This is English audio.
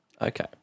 Okay